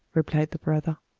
replied the brother.